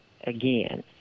again